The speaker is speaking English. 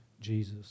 Jesus